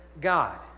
God